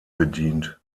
bedient